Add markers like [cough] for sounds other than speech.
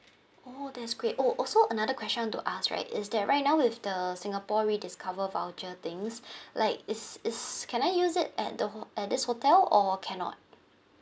oh that's great oh also another question to ask right is that right now with the singapore rediscover voucher things [breath] like is is can I use it at the ho~ at this hotel or cannot